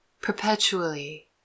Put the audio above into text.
perpetually